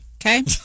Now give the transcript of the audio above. Okay